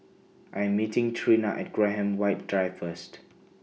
I Am meeting Trina At Graham White Drive First